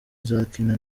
izakina